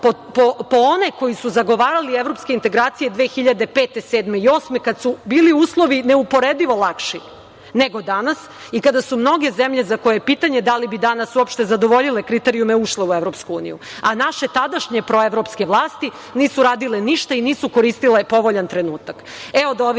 po one koji su zagovarali evropske integracije 2005, 2007. i 2008. godine kada su uslovi bili neuporedivo lakši, nego danas, i kada mnoge zemlje za koje je pitanje da li bi danas uopšte zadovoljile kriterijume ušle u EU, a naše tadašnje proevropske vlasti nisu radile ništa i nisu koristile povoljan trenutak. Od